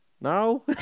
no